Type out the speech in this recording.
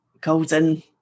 golden